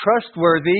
trustworthy